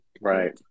Right